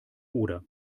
oder